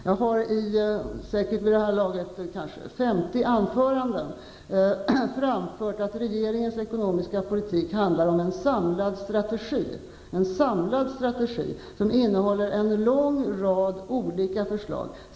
Vid det här laget har jag i säkerligen 50 anföranden framhållit att regeringens ekonomiska politik bygger på en samlad strategi, som innehåller en lång rad olika förslag.